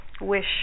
wish